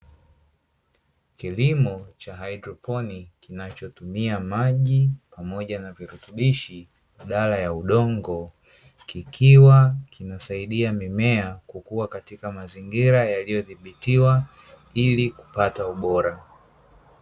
Kilimo cha haidroponi kinachotumia maji pamoja na virutubishi badala ya udongo, kikiwa kinasaidia mimea kukua katika mazingira yaliyodhibitiwa ili kupata ubora.